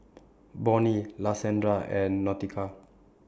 Bonnie Lashanda and Nautica